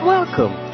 Welcome